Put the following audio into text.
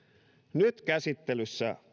nyt käsittelyssä